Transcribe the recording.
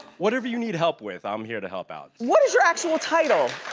whatever you need help with, i'm here to help out. what is your actual title?